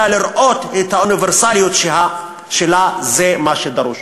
אלא לראות את האוניברסליות שלה, זה מה שדרוש.